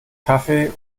kaffee